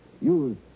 Use